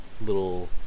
little